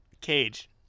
Cage